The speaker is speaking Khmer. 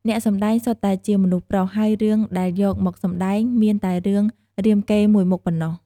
អ្នកសម្ដែងសុទ្ធតែជាមនុស្សប្រុស ហើយរឿងដែលយកមកសម្តែងមានតែរឿងរាមកេរ្តិ៍មួយមុខប៉ុណ្ណោះ។